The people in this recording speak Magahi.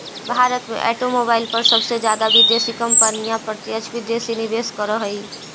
भारत में ऑटोमोबाईल पर सबसे जादा विदेशी कंपनियां प्रत्यक्ष विदेशी निवेश करअ हई